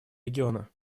региона